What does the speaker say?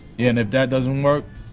and if that doesn't work.